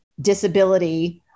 disability